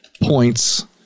points